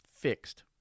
fixed